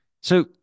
So-